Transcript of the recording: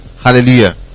hallelujah